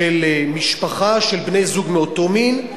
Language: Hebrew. של משפחה של בני-זוג מאותו מין,